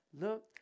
look